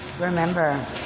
Remember